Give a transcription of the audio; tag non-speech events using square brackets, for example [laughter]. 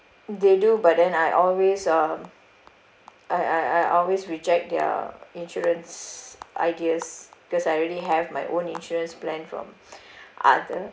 they do but then I always um I I I always reject their insurance ideas because I already have my own insurance plan from [breath] other